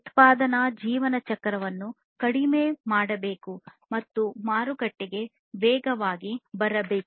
ಉತ್ಪಾದನಾ ಜೀವನಚಕ್ರವನ್ನು ಕಡಿಮೆ ಮಾಡಬೇಕು ಮತ್ತು ಮಾರುಕಟ್ಟೆಗೆ ವೇಗವಾಗಿ ಬರುತ್ತದೆ